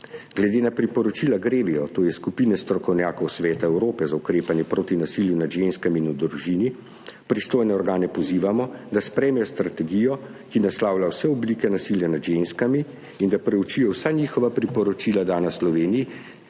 Glede na priporočila GREVIO, to je Skupine strokovnjakov Sveta Evrope za ukrepanje proti nasilju nad ženskami in v družini, pristojne organe pozivamo, da sprejmejo strategijo, ki naslavlja vse oblike nasilja nad ženskami, in da preučijo vsa njihova priporočila, dana Sloveniji,